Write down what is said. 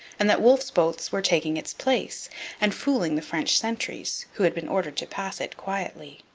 and that wolfe's boats were taking its place and fooling the french sentries, who had been ordered to pass it quietly.